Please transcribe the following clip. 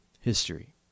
history